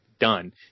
done